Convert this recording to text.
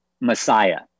messiah